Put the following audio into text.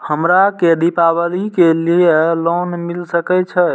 हमरा के दीपावली के लीऐ लोन मिल सके छे?